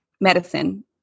medicine